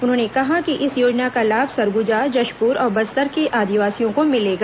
उन्होंने कहा कि इस योजना का लाभ सरगुजा जशपुर और बस्तर के आदिवासियों को मिलेगा